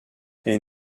est